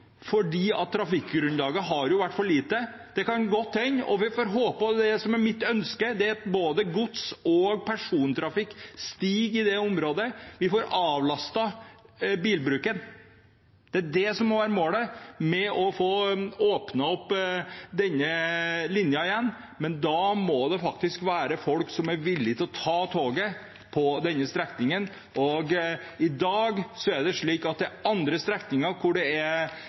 trafikkgrunnlaget har vært for lite. Det kan godt hende, og vi får håpe, slik det er mitt ønske, at både gods- og persontrafikk øker i det området, at vi får avlastet bilbruken. Det er det som må være målet med å få åpnet opp denne linjen igjen, men da må det være folk som er villige til å ta toget på den strekningen. I dag er det slik at andre strekninger har flere passasjerer. Det er